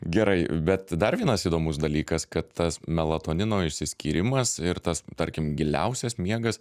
gerai bet dar vienas įdomus dalykas kad tas melatonino išsiskyrimas ir tas tarkim giliausias miegas